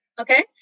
okay